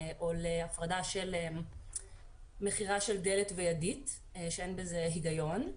או להפרדה של מכירה של דלת ידית אין בזה היגיון.